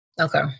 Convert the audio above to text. Okay